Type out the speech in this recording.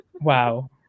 Wow